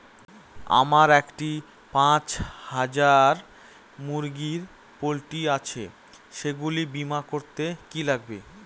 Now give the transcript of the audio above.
আমার একটি পাঁচ হাজার মুরগির পোলট্রি আছে সেগুলি বীমা করতে কি লাগবে?